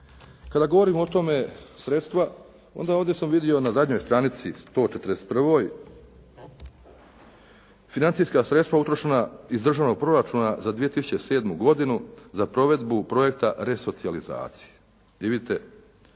Kada govorim o tome sredstva, onda ovdje sam vidio na zadnjoj stranici 141. financijska sredstva utrošena iz državnog proračuna za 2007. godinu za provedbu projekta resocijalizacije